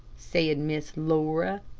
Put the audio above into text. said miss laura.